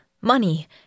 money